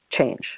change